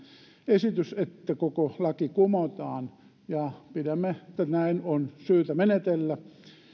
esitys että koko laki kumotaan pidämme hyvänä että näin on syytä menetellä